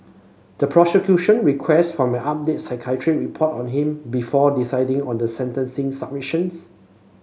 the prosecution requested for an updated psychiatric report on him before deciding on the sentencing submissions